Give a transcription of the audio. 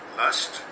lust